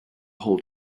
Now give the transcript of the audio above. whole